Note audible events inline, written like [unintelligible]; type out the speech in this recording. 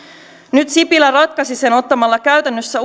nyt sipilä ratkaisi sen ottamalla käytännössä [unintelligible]